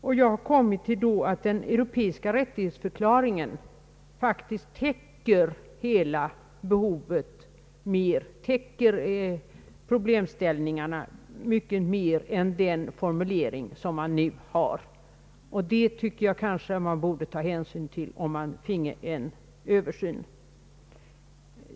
Jag har kommit fram till att den europeiska rättighetsförklaringen faktiskt täcker problemställningarna mer och bättre än den formulering som man nu har. Det tycker jag man borde ta hänsyn till om en översyn kommer till stånd.